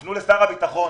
תפנו לשר הביטחון